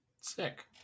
Sick